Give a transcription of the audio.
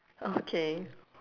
okay